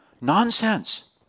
Nonsense